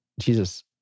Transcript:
Jesus